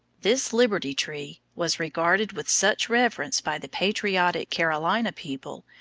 this liberty tree was regarded with such reverence by the patriotic carolina people,